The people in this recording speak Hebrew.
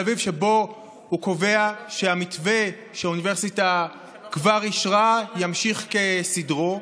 אביב שבו הוא קובע שהמתווה שהאוניברסיטה כבר אישרה ימשיך כסדרו.